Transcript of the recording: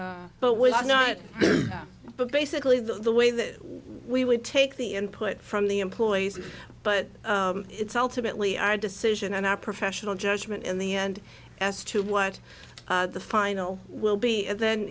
but we're not there but basically the way that we would take the input from the employees but it's ultimately our decision and our professional judgment in the end as to what the final will be and then